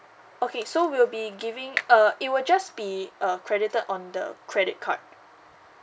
okay so we'll be giving a it will just be uh credited on the credit card